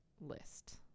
list